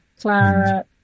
Clara